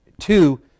Two